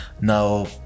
now